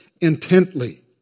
intently